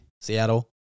Seattle